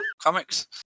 Comics